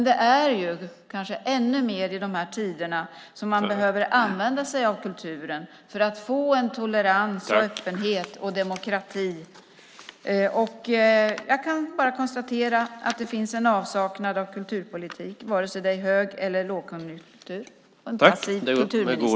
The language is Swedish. Det är kanske ännu mer i dessa tider som man behöver använda sig av kulturen för att få tolerans, öppenhet och demokrati. Jag kan bara konstatera att det finns en avsaknad av kulturpolitik antingen det är hög eller lågkonjunktur.